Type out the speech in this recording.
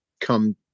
come